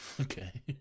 Okay